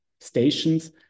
stations